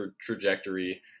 trajectory